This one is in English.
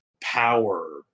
power